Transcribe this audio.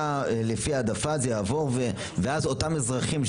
לפי העדפה זה יעבור ואז אותם אזרחים,